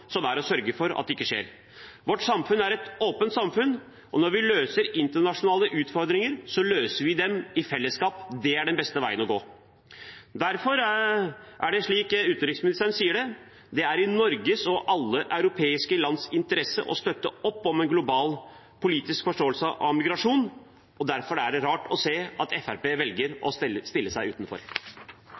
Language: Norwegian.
vår jobb å sørge for at ikke skjer. Vårt samfunn er et åpent samfunn, og når vi løser internasjonale utfordringer, løser vi dem i fellesskap. Det er den beste veien å gå. Derfor er det slik som utenriksministeren sier: Det er i Norges og alle europeiske lands interesse å støtte opp om en global politisk forståelse av migrasjon. Derfor er det rart å se at Fremskrittspartiet velger å stille seg utenfor.